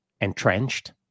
Entrenched